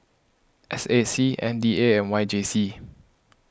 S A C M D A and Y J C